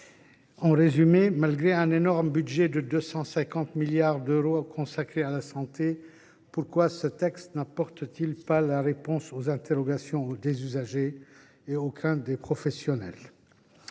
ministre. Malgré un énorme budget de 250 milliards d’euros consacré à la santé, pourquoi ce texte n’apporte t il pas de réponse aux interrogations des usagers et aux craintes des professionnels ?